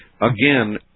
Again